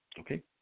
Okay